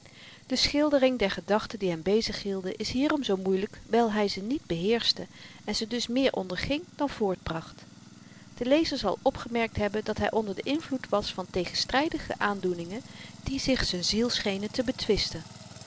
de schildering der gedachten die hem bezighielden is hierom zoo moeilyk wyl hy ze niet beheerschte en ze dus meer onderging dan voortbracht de lezer zal opgemerkt hebben dat hy onder den invloed was van tegenstrydige aandoeningen die zich z'n ziel schenen te betwisten